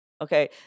okay